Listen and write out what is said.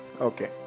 okay